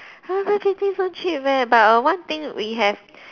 !huh! five fifty so cheap eh but err one thing we have